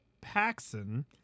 Paxson